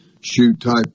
shoot-type